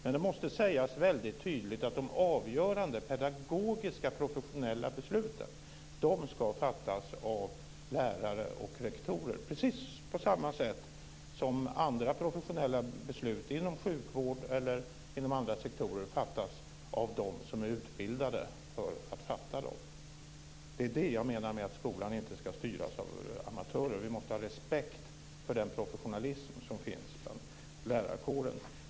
Men det måste sägas väldigt tydligt att de avgörande, pedagogiska, professionella besluten ska fattas av lärare och rektorer precis på samma sätt som andra professionella beslut inom sjukvården eller andra sektorer fattas - alltså av dem som är utbildade för att fatta dem. Det är det jag menar med att skolan inte ska styras av amatörer. Vi måste ha respekt för den professionalism som finns i lärarkåren.